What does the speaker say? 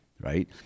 Right